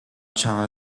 child